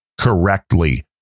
correctly